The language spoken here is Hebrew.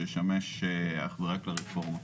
שישמש אך ורק לרפורמות.